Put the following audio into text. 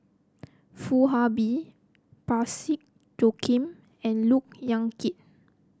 Foo Ah Bee Parsick Joaquim and Look Yan Kit